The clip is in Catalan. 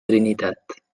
trinitat